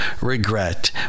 regret